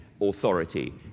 authority